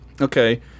Okay